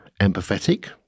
empathetic